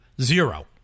Zero